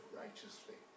righteously